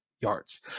yards